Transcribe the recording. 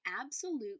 absolute